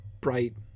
bright